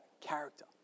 character